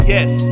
Yes